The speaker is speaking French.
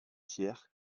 tiers